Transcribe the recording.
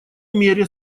мере